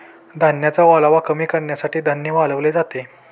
धान्याचा ओलावा कमी करण्यासाठी धान्य वाळवले जाते